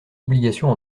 obligations